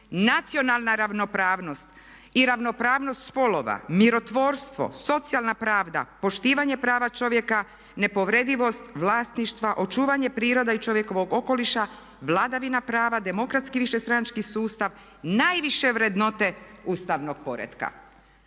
nacionalna ravnopravnost i ravnopravnost spolova, mirotvorstvo, socijalna pravda, poštivanje prava čovjeka, nepovredivost vlasništva, očuvanje prirode i čovjekovog okoliša, vladavina prava, demokratski višestranački sustav najviše vrednote ustavnog poretka.